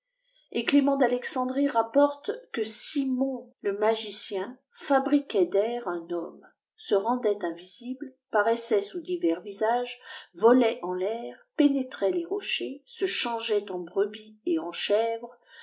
d'alexanderie rapporte que simon le magicien fabriquait d'air un homme se rendait invisible paraissait sous divers visages volait en l'air pénétrait les rochers se changeait en brebis et en chèvre